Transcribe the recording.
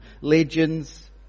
legends